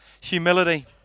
Humility